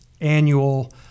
annual